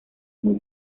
muy